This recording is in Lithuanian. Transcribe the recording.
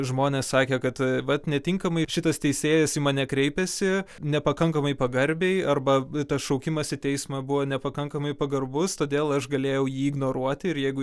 žmonės sakė kad vat netinkamai šitas teisėjas į mane kreipėsi nepakankamai pagarbiai arba tas šaukimas į teismą buvo nepakankamai pagarbus todėl aš galėjau jį ignoruoti ir jeigu